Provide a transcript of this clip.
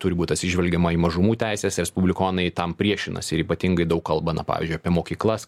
turi būti atsižvelgiama į mažumų teises respublikonai tam priešinasi ir ypatingai daug kalba na pavyzdžiui apie mokyklas